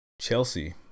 Chelsea